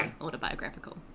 autobiographical